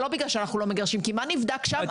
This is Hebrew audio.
זה לא בגלל שלא מגרשים אותן, כי מה נבדק שם?